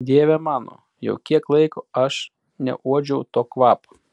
dieve mano jau kiek laiko aš neuodžiau to kvapo